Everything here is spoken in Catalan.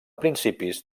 principis